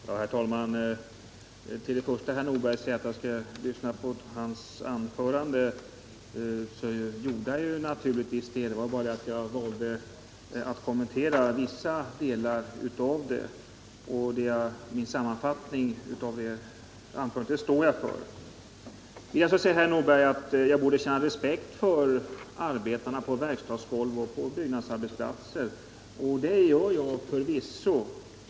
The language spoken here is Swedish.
Herr talman! Herr Nordberg säger att jag skulle ha lyssnat på hans anförande. Det gjorde jag naturligtvis. Det var bara det att jag valde att kommentera vissa delar av det. Min sammanfattning av anförandet står jag för. Sedan säger herr Nordberg att jag borde känna respekt för arbetarna på verkstadsgolv och byggarbetsplatser. Det gör jag förvisso.